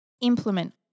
Implement